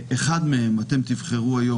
אחד מהם אתם תבחרו היום,